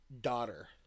daughter